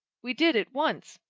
we did, at once,